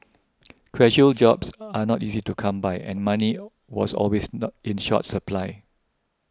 casual jobs are not easy to come by and money was always in short supply